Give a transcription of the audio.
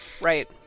right